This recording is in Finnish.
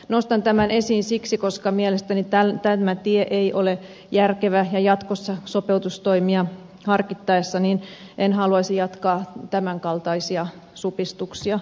nostan tämän esiin siksi että mielestäni tämä tie ei ole järkevä ja jatkossa sopeutustoimia harkittaessa en haluaisi jatkaa tämänkaltaisia supistuksia